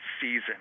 season